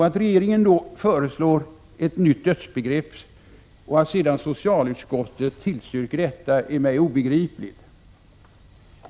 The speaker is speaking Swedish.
Att regeringen då föreslår ett nytt dödsbegrepp och socialutskottet sedan tillstyrker detta är för mig obegripligt.